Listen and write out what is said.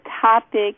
topic